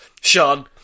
Sean